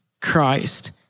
Christ